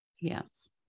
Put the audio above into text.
Yes